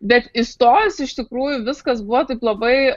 bet įstojus iš tikrųjų viskas buvo taip labai